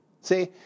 See